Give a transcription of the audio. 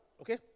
okay